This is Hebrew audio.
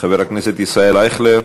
חבר הכנסת ישראל אייכלר,